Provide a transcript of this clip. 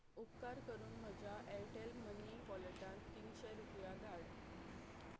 उपकार करून म्हज्या ऍअरटॅल मनी वॉलेटांत तिनशें रुपया धाड